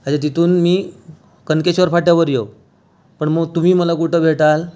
अच्छा तिथून मी कनकेश्वर फाट्यावर येऊ पण मग तुम्ही मला कुठं भेटाल